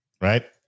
Right